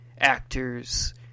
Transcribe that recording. actors